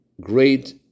great